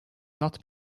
not